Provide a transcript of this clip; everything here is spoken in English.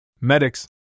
Medics